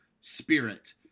spirit